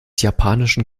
japanischen